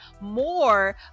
more